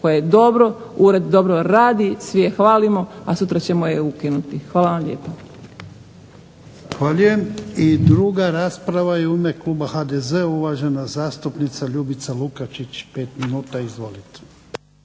koje je dobro, ured dobro radi, svi je hvalimo, a sutra ćemo je ukinuti. Hvala vam lijepa. **Jarnjak,